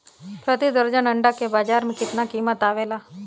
प्रति दर्जन अंडा के बाजार मे कितना कीमत आवेला?